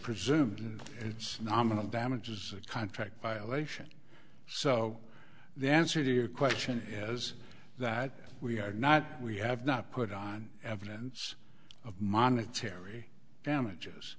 presume it's nominal damages contract violation so the answer to your question was that we are not we have not put on evidence of monetary damages